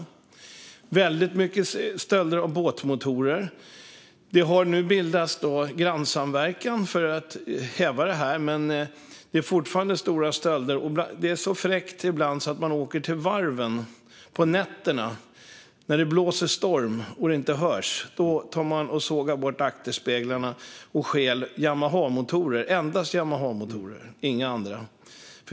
Det är väldigt mycket stölder av båtmotorer. Det har bildats grannsamverkan för att häva detta, men det är fortfarande stora stölder. Ibland är ligorna så fräcka att de åker till varven på nätterna, när det blåser storm så att de inte hörs. Då sågar de bort akterspeglarna och stjäl Yamahamotorer - endast Yamahamotorer, inga andra.